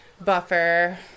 buffer